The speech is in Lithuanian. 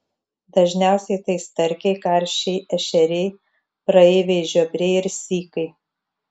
dažniausiai tai starkiai karšiai ešeriai praeiviai žiobriai ir sykai